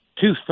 Two